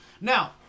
Now